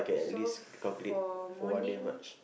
so for morning